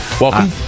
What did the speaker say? Welcome